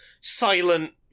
silent